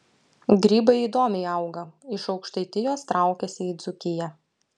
grybai įdomiai auga iš aukštaitijos traukiasi į dzūkiją